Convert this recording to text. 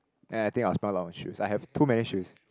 and I think I will spoil my shoes I have too many shoes